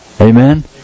Amen